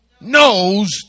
Knows